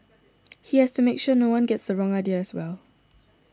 he has to make sure no one gets the wrong idea as well